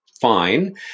fine